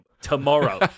tomorrow